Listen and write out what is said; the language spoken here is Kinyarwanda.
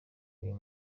uyu